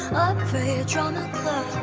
for your drama club